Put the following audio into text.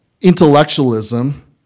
intellectualism